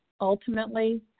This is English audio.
ultimately